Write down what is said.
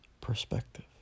perspective